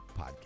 podcast